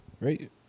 right